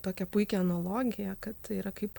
tokią puikią analogiją kad tai yra kaip